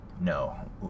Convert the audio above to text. No